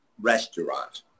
restaurant